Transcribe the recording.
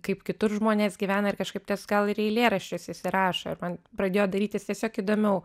kaip kitur žmonės gyvena ir kažkaip tas gal ir į eilėraščius įsirašo ir man pradėjo darytis tiesiog įdomiau